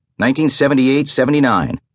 1978-79